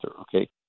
okay